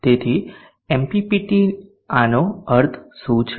તેથી એમપીપીટી આનો અર્થ શું છે